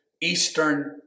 Eastern